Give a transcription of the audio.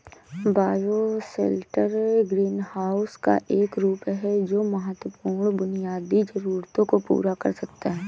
bioshelter greenhouse का एक रूप है जो महत्वपूर्ण बुनियादी जरूरतों को पूरा कर सकता है